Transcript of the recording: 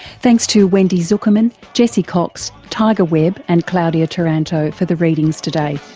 thanks to wendy zukerman, jesse cox, tiger webb and claudia taranto for the readings today.